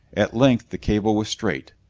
at length the cable was straight.